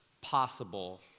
possible